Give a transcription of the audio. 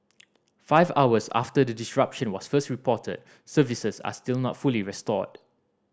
five hours after the disruption was first reported services are still not fully restored